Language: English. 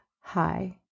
Hi